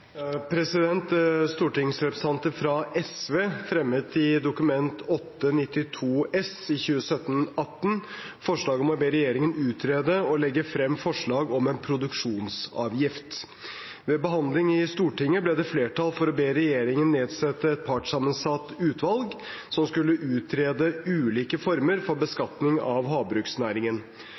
Stortingsrepresentanter fra SV fremmet i Dokument 8:192 S for 2017–2018 forslag om å be regjeringen utrede og legge frem forslag om en produksjonsavgift. Ved behandling i Stortinget ble det flertall for å be regjeringen nedsette et partssammensatt utvalg som skulle utrede ulike former for beskatning av havbruksnæringen.